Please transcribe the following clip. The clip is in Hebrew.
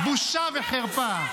בושה וחרפה.